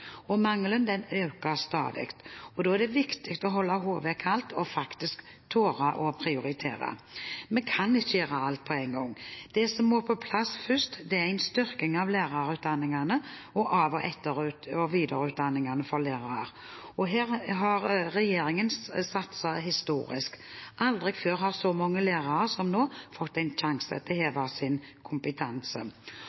øker stadig. Da er det viktig at vi holder hodet kaldt og tør å prioritere. Vi kan ikke gjøre alt på en gang. Det som må på plass først, er en styrking av lærerutdanningene og av etter- og videreutdanningsmulighetene for lærere. Her er regjeringens satsning historisk stor. Aldri før har så mange lærere som nå fått en sjanse til å heve sin kompetanse.